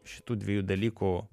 šitų dviejų dalykų